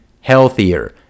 healthier